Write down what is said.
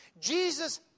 Jesus